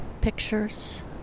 pictures